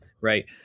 right